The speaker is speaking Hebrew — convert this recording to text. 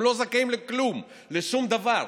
הם לא זכאים לכלום, לשום דבר.